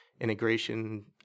integration